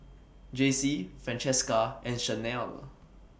Jacey Francesca and Shanelle